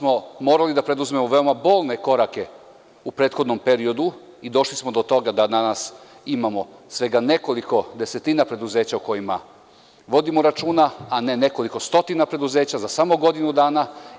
Morali smo da preduzmemo veoma bolne korake u prethodnom periodu i došli smo do toga da danas imamo svega nekoliko desetina preduzeća o kojima vodimo računa, a ne nekoliko stotina preduzeća, za samo godinu dana.